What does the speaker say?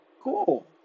Cool